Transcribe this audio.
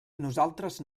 nosaltres